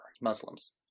Muslims